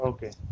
Okay